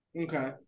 Okay